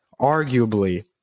arguably